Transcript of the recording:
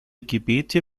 gebete